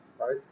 right